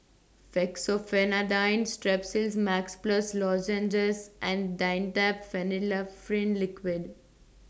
Fexofenadine Strepsils Max Plus Lozenges and Dimetapp Phenylephrine Liquid